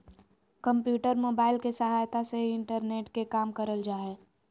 computer, mobile के सहायता से ही इंटरनेट के काम करल जा हय